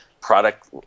product